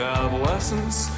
adolescence